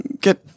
get